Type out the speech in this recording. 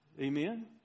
Amen